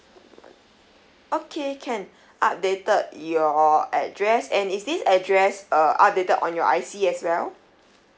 okay can updated your address and is this address uh updated on your I_C as well